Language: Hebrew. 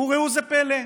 וראו זה פלא: